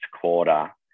quarter